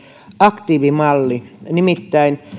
aktiivimalli nimittäin